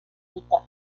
mitad